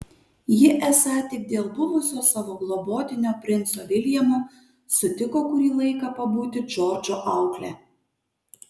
ji esą tik dėl buvusio savo globotinio princo viljamo sutiko kurį laiką pabūti džordžo aukle